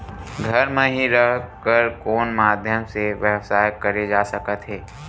घर म हि रह कर कोन माध्यम से व्यवसाय करे जा सकत हे?